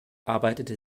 arbeitete